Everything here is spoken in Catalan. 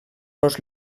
los